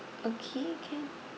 okay can